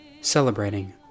celebrating